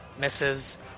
misses